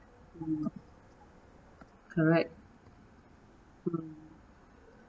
mm correct mm